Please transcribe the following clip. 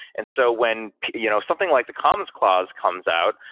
and so when you know something like the commons clause comes out,